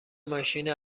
ماشین